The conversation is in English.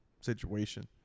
situation